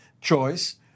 choice